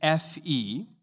FE